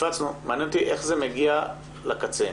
מעניין אותי איך זה מגיע לקצה.